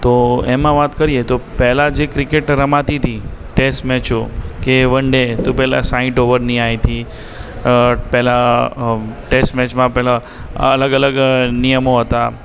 તો એમાં વાત કરીએ તો પહેલાં જે ક્રિકેટ રમાતી હતી ટેસ્ટ મેચો કે વન ડે તો પહેલાં સાઠ ઓવરની આવી હતી પહેલાં ટેસ્ટ મેચમાં પહેલાં અલગ અલગ નિયમો હતા